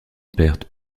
perte